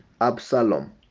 absalom